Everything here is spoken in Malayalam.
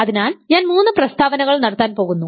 അതിനാൽ ഞാൻ മൂന്ന് പ്രസ്താവനകൾ നടത്താൻ പോകുന്നു